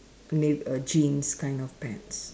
nav~ uh jeans kind of pants